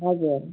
हजुर